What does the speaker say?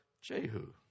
Jehu